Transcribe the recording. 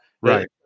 Right